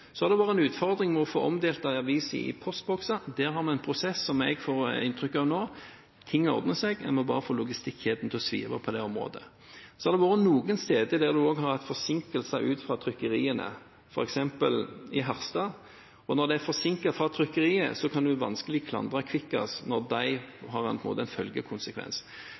har også vært en utfordring med å få omdelt aviser i postbokser. Der har vi en prosess gående, og jeg har nå inntrykk av at ting ordner seg, en må bare få logistikkjeden til å svive på det området. Noen steder har en også har hatt forsinkelser ut fra trykkeriene, f.eks. i Harstad. Når det er forsinkelser fra trykkeriet, kan en vanskelig klandre Kvikkas, for da har en på en